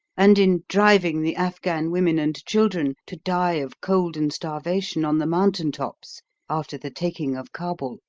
and in driving the afghan women and children to die of cold and starvation on the mountain-tops after the taking of kabul.